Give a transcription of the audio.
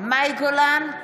מאי גולן,